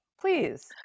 please